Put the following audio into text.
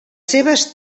seves